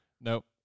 Nope